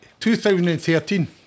2013